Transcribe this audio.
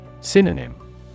Synonym